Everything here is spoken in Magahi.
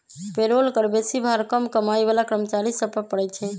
पेरोल कर बेशी भार कम कमाइ बला कर्मचारि सभ पर पड़इ छै